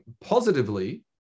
positively